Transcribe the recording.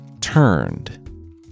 turned